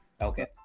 Okay